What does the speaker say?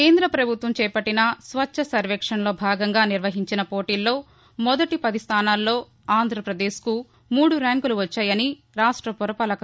కేంద్ర ప్రభుత్వం చేపట్టిన స్వచ్చ సర్వేక్షణ్లో భాగంగా నిర్వహించిన పోటీలలో మొదటి పది స్టానాలలో ఆంధ్రప్రదేశ్కు మూడు ర్యాంకులు వచ్చాయని రాష్ట పురపాలక